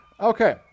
Okay